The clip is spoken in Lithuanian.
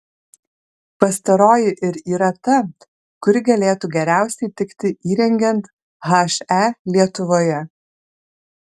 pastaroji ir yra ta kuri galėtų geriausiai tikti įrengiant he lietuvoje